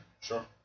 Sure